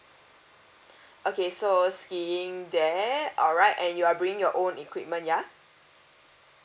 okay so skiing there alright and you are bringing your own equipment ya